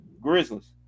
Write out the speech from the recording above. Grizzlies